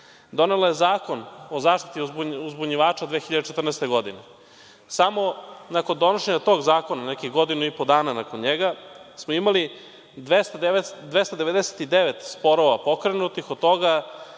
donela je Zakon o zaštiti uzbunjivača 2014. godine. Samo nakon donošenja tog zakona, nekih godinu i po dana nakon njega, smo imali 299 sporova pokrenutih, od toga